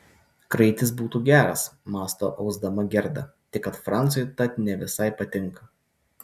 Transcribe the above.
kraitis būtų geras mąsto ausdama gerda tik kad francui tat ne visai patinka